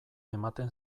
ematen